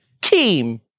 team